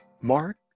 Mark